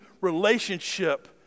relationship